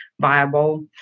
viable